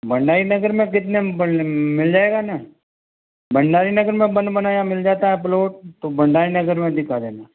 भंडारी नगर में कितने में मिल जाएगा ना भंडारी नगर में बना बनाया मिल जाता है प्लोट तो भंडारी नगर में दिखा देना